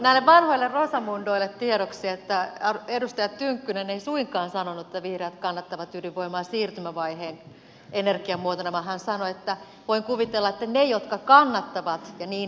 näille vanhoille rosamundoille tiedoksi että edustaja tynkkynen ei suinkaan sanonut että vihreät kannattavat ydinvoimaa siirtymävaiheen energiamuotona vaan hän sanoi että voin kuvitella että ne jotka kannattavat ja niin edelleen